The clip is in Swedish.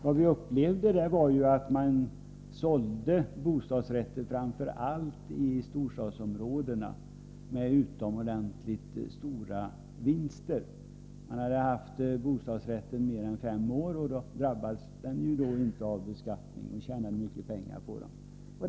Vad vi upplevde var ju att många, framför allt i storstadsområdena, sålde bostadsrätter med utomordentligt stora vinster. Man hade haft sin bostadsrättslägenhet i mer än fem år, och då drabbades man inte av beskattning, och man tjänade mycket pengar på den.